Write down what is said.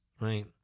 right